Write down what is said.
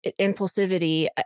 impulsivity